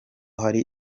hari